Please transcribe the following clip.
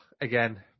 again